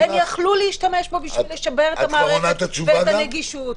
הם יכלו להשתמש בו בשביל לשפר את המערכת ואת הנגישות.